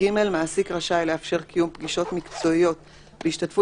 (ג) מעסיק רשאי לאפשר קיום פגישות מקצועיות בהשתתפות